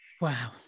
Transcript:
wow